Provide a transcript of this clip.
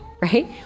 right